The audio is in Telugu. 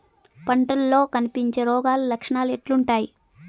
పంటల్లో కనిపించే రోగాలు లక్షణాలు ఎట్లుంటాయి?